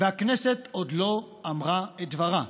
והכנסת עוד לא אמרה את דברה.